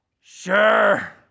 Sure